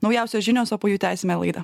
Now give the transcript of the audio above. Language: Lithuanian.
naujausios žinios o po jų tęsime laidą